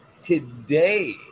today